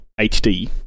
HD